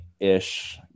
ish